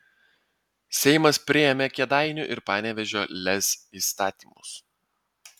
seimas priėmė kėdainių ir panevėžio lez įstatymus